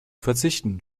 verzichten